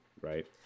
right